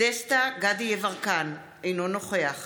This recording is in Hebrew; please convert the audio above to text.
דסטה גדי יברקן, אינו נוכח